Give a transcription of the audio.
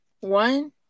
One